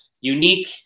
unique